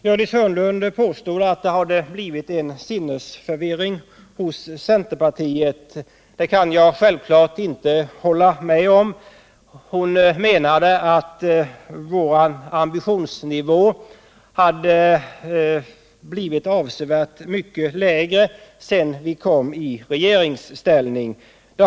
Gördis Hörnlund påstod att det hade blivit en sinnesförvirring hos centerpartiet. Det kan jag självklart inte hålla med om. Hon menade att vår ambitionsnivå blivit avsevärt mycket lägre sedan vi kom i regeringsställning.